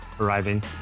arriving